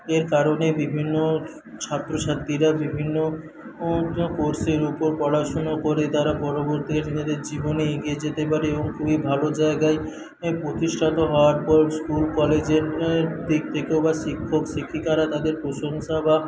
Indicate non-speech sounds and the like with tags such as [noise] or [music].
এর কারণে বিভিন্ন ছাত্রছাত্রীরা বিভিন্ন ও অন্য কোর্সের ওপর পড়াশোনা করে তারা পরবর্তী [unintelligible] জীবনে এগিয়ে যেতে পারে এবং খুবই ভালো জায়গায় প্রতিষ্ঠিত হওয়ার পর স্কুল কলেজের দিক থেকেও বা শিক্ষক শিক্ষিকারা তাদের প্রশংসা বা